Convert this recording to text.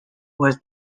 was